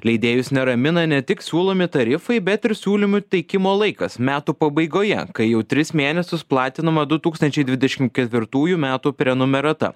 leidėjus neramina ne tik siūlomi tarifai bet ir siūlymų teikimo laikas metų pabaigoje kai jau tris mėnesius platinama du tūkstančiai dvidešim ketvirtųjų metų prenumerata